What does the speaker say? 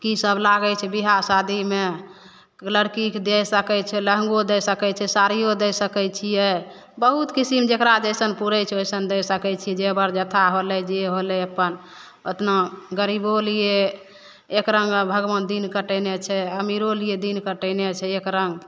कीसब लागै छै विवाह शादीमे लड़कीके दे सकै छै लहँगो दै सकै छै साड़ियो दै सकै छियै बहुत किसिम जेकरा जइसन पूरै छै ओइसन दै सकै छी जेबर जत्था होलै जे होलै अपन अतना गरीबो लिये एक रङ्गक भगबान दिन कटैने छै अमीरोलिये दिन कटैने छै एकरङ्ग